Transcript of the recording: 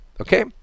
okay